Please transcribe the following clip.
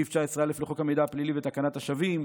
סעיף 19(א) לחוק המידע הפלילי ותקנת השבים,